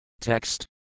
Text